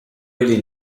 really